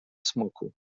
smoku